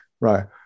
Right